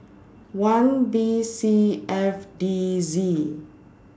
one B C F D Z